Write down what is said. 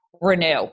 Renew